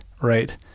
right